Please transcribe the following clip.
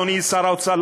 אדוני שר האוצר,